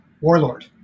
warlord